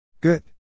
Good